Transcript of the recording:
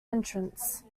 entrants